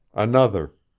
another.